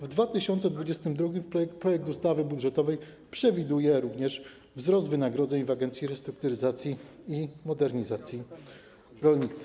W 2022 r. projekt ustawy budżetowej przewiduje również wzrost wynagrodzeń w Agencji Restrukturyzacji i Modernizacji Rolnictwa.